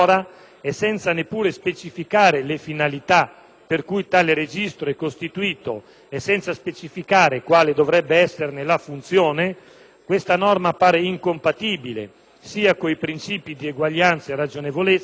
per cui tale registro è costituito e quale dovrebbe essere la sua funzione, la norma appare incompatibile con i principi di eguaglianza, ragionevolezza, nonché con la tutela della dignità della persona,